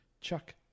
Chuck